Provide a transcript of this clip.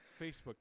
Facebook